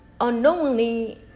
unknowingly